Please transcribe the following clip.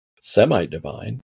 semi-divine